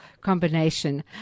combination